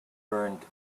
burned